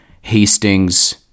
Hastings